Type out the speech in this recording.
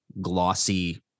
glossy